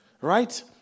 Right